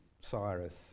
Cyrus